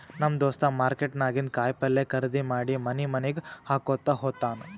ನಮ್ ದೋಸ್ತ ಮಾರ್ಕೆಟ್ ನಾಗಿಂದ್ ಕಾಯಿ ಪಲ್ಯ ಖರ್ದಿ ಮಾಡಿ ಮನಿ ಮನಿಗ್ ಹಾಕೊತ್ತ ಹೋತ್ತಾನ್